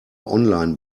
online